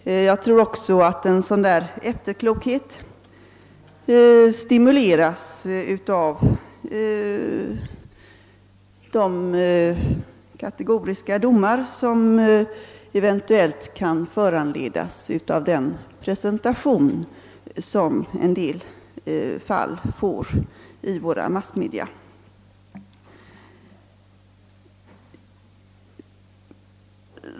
Jag tror också att en sådan efterklokhet stimuleras av de kategoriska domar, som eventuellt kan föranledas av den presentation en del fall får i massmedia.